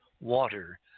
water